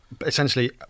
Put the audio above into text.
essentially